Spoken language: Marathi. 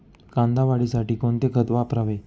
कांदा वाढीसाठी कोणते खत वापरावे?